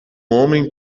homem